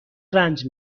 رنج